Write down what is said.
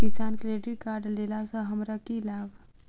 किसान credit card लेला सऽ हमरा की लाभ?